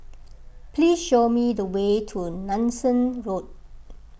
please show me the way to Nanson Road